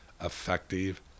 effective